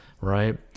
right